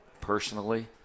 personally